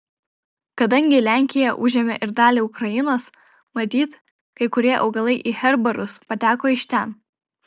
kadangi lenkija užėmė ir dalį ukrainos matyt kai kurie augalai į herbarus pateko iš ten